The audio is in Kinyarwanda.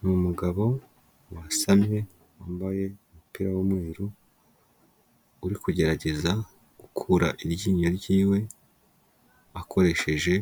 Ni umugabo wasamye, wambaye umupira w'umweru, uri kugerageza gukura iryinyo ry'iwe, akoresheje